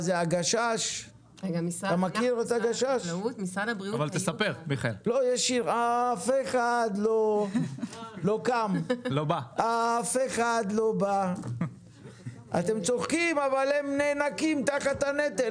אתם צודקים, אבל הם נאנקים תחת הנטל.